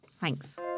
thanks